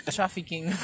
Trafficking